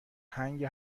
هنگ